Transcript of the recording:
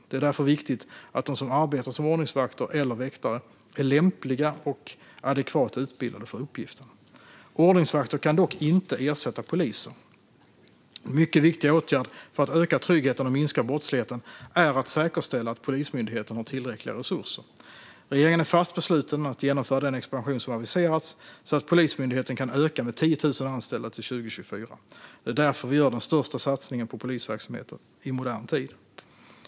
Det är därför viktigt att de som arbetar som ordningsvakter eller väktare är lämpliga och adekvat utbildade för uppgiften. Ordningsvakter kan dock inte ersätta poliser. En mycket viktig åtgärd för att öka tryggheten och minska brottsligheten är att säkerställa att Polismyndigheten har tillräckliga resurser. Regeringen är fast besluten att genomföra den expansion som aviserats så att Polismyndigheten kan öka med 10 000 anställda till 2024. Det är därför vi gör den största satsningen på polisverksamheten i modern tid.